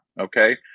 Okay